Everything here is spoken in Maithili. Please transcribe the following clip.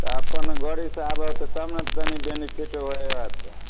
तऽ अप्पन गाड़ीसँ आबै हेतै तब ने कनि बेनिफिट होइ हेतै